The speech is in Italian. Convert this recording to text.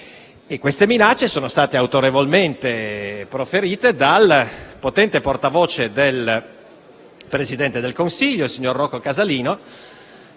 queste minacce sono state autorevolmente proferite dal potente portavoce del Presidente del Consiglio, il signor Rocco Casalino,